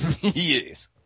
Yes